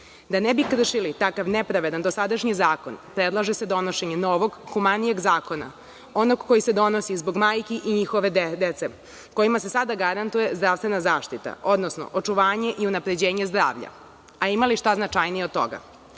ne bi kršili takav nepravedan dosadašnji zakon, predlaže se donošenje novog humanijeg zakona, onog koji se donosi zbog majki i njihove dece kojima se sada garantuje zdravstvena zaštita, odnosno očuvanje i unapređenje zdravlja. Ima li šta značajnije od